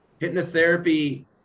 hypnotherapy